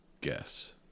guess